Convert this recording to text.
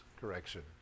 correction